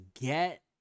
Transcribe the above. get